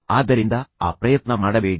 ಆದ್ದರಿಂದ ಆ ಪ್ರಯತ್ನ ಮಾಡಬೇಡಿ